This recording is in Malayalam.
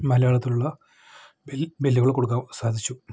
മലയാളത്തിലുള്ള ബിൽ ബില്ലുകൾ കൊടുക്കാൻ സാധിച്ചു